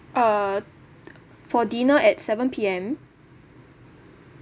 uh for dinner at seven P_M